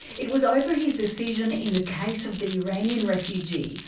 it was over his decision in the case of the iranian refugee,